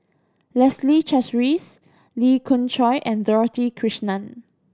Leslie Charteris Lee Khoon Choy and Dorothy Krishnan